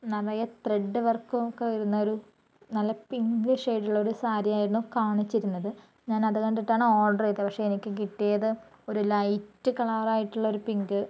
നിറയെ ത്രഡ് വർക്കൊക്കെ വരുന്നൊരു നല്ല പിങ്ക് ഷെയ്ടുള്ളൊരു സാരി ആയിരുന്നു കാണിച്ചിരുന്നത് ഞാനത് കണ്ടിട്ടാണ് ഓർഡർ ചെയ്തത് പക്ഷേ എനിക്ക് കിട്ടിയത് ഒരു ലൈറ്റ് കളറായിട്ടുള്ളൊരു പിങ്ക്